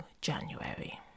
January